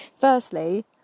Firstly